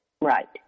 Right